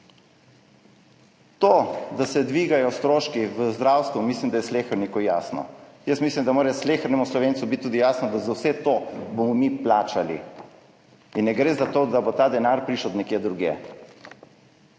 To, da se dvigajo stroški v zdravstvu, mislim, da je sleherniku jasno. Mislim, da mora slehernemu Slovencu biti tudi jasno, da bomo za vse to mi plačali in ne gre za to, da bo ta denar prišel od nekod drugod.